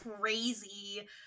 crazy